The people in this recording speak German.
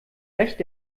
recht